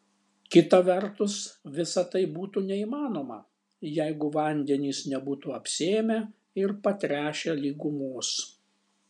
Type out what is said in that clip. kita vertus visa tai būtų neįmanoma jeigu vandenys nebūtų apsėmę ir patręšę lygumos